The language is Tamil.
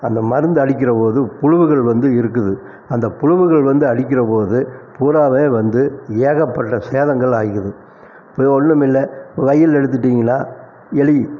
மருந்து அடிக்கிற போது புழுக்கள் வந்து இருக்குது அந்த புழுக்கள் வந்து அழிக்கிற போது பூராவுமே வந்து ஏகப்பட்ட சேதங்கள் ஆகிடும் இப்போ ஒன்றும் இல்லை வயல்ன்னு எடுத்துகிட்டீங்னா எலி